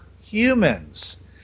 humans